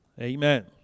Amen